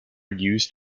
used